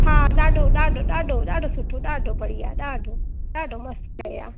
हा ॾाढो ॾाढो ॾाढो ॾाढो सुठो ॾाढो बढ़िया ॾाढो ॾाढो मस्तु शइ आहे